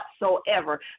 whatsoever